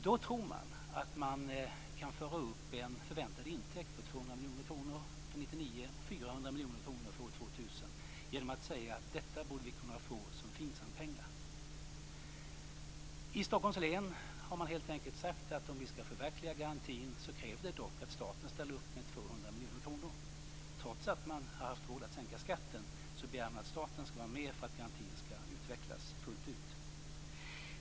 Då tror man att man kan föra upp en förväntad intäkt på 200 miljoner kronor för 1999 och 400 miljoner kronor för år 2000 genom att säga att detta borde vi kunna få som FINSAM-pengar. I Stockholms län har man sagt att om man skall förverkliga garantin krävs det dock att staten ställer upp med 200 miljoner kronor. Trots att man har haft råd att sänka skatten, begär man att staten skall vara med för att garantin skall utvecklas fullt ut.